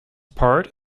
part